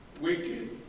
wicked